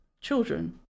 children